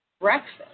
breakfast